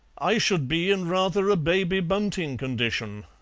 i should be in rather a baby bunting condition,